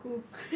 cool